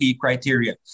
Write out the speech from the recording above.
criteria